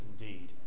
indeed